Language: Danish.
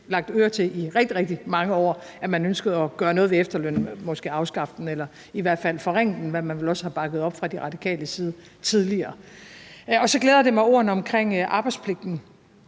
lagt ører til i rigtig, rigtig mange år, altså at man ønskede at gøre noget ved efterlønnen, måske afskaffe den eller i hvert fald forringe den, hvad man vel også har bakket op fra De Radikales side tidligere. Så glæder det mig med ordene omkring arbejdspligten.